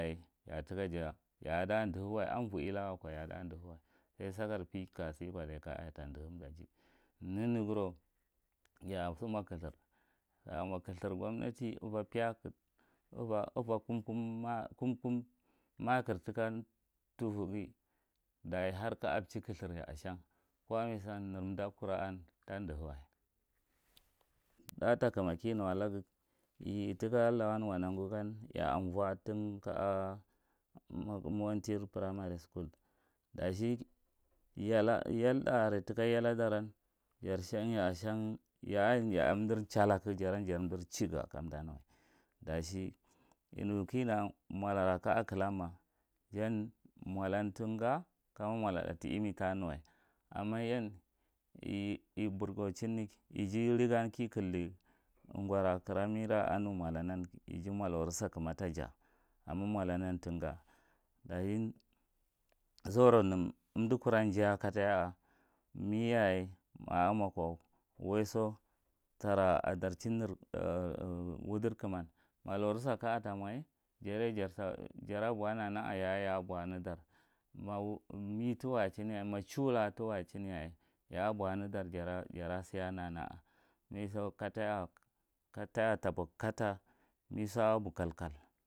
Ya tikaya yada dihiwa amvoilaka wako yada dihiwa sai sakar pekasi kodachi kaya a tam dihimdaji nenghiro yaso mocthur ya a mo ethu government uva kum, kum maker tika thaff ghi yatadime wa kuwmiso nemundakura an tan dihiwa. Thur takuma kinwalaya yekika lawan wangu gan yaavo tinka mowanty primary school. Dachi yalthá thá are tika yala daran jarshan ya a shan yaa ya umdar chitak jagan jaran jar umdur chiya chiya amfa nuwa dachi yinu kina matara ka a chan jan molan tinga mola thá tina ime. Anyan ijirilga ibrago chine kidi gora anu mola nan ki clikumataja am molanan tinga, dachi zuro nan umdi kurran jaye a ko katrai a meye ma a waiso tala hadrachin nekuman wudar kuman malarusa kaa tamo jarye jara boh nana ya ayeh ya boh nedar ma me tuwagachin yaye machuw to waga chinyaye meso a boli kataia meso aboh kalkal